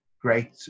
great